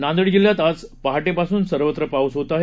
नांदड्वजिल्ह्यात आज पहाटेपासून सर्वत्र पाऊस होत आहे